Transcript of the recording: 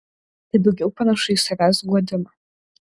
tai daugiau panašu į savęs guodimą